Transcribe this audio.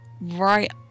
right